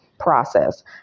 process